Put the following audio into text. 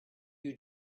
you